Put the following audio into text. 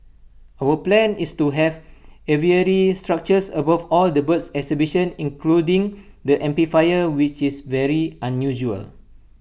our plan is to have aviary structures above all the bird exhibition including the amphitheatre which is very unusual